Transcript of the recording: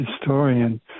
historian